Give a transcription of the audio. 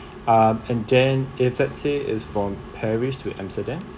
um and then if let's say its from paris to amsterdam